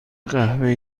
قهوه